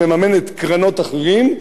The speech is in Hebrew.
שמממנת קרנות אחרות,